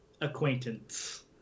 acquaintance